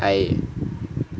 right